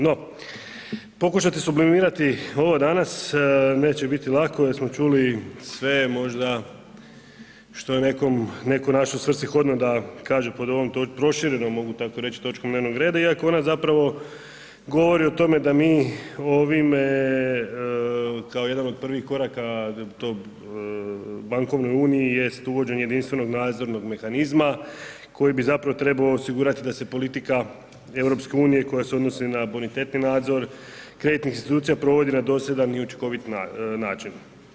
No, pokušati sublimirati ovo danas neće biti lako jer smo čuli sve možda što je nekom netko našao svrsishodno da kaže pod ovom proširenom, mogu tako reći, točkom dnevnog reda iako ona zapravo govori o tome da mi ovime kao jedan od prvih koraka da to bankovnoj uniji jest uvođenje jedinstvenog nadzornog mehanizma koji bi zapravo trebao osigurati da se politika EU koja se odnosi na bonitetni nadzor kreditnih institucija provodi na dosljedan i učinkovit način.